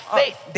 faith